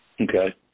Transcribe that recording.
Okay